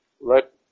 let